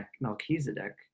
melchizedek